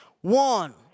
one